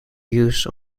use